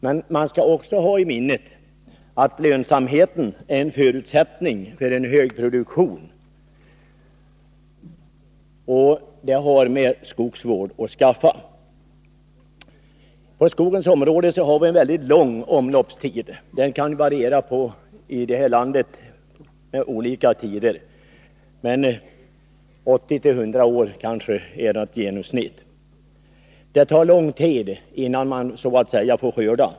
Och man skall också ha i minne att lönsamheten är en förutsättning för hög produktion. Det har med skogsvård att skaffa. På skogens område har vi mycket lång omloppstid. Den varierar i det här landet och är kanske 80-100 år i genomsnitt. Det tar alltså lång tid innan man så att säga får skörda.